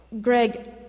Greg